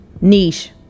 niche